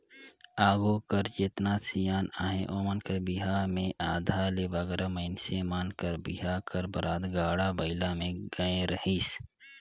आघु कर जेतना सियान अहे ओमन कर बिहा मे आधा ले बगरा मइनसे मन कर बिहा कर बरात गाड़ा बइला मे गए रहिस